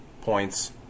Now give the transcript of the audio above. points